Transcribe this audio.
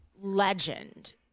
legend